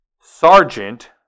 Sergeant